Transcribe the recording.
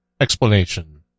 explanation